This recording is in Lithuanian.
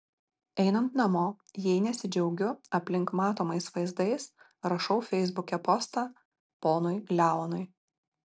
einant namo jei nesidžiaugiu aplink matomais vaizdais rašau feisbuke postą ponui leonui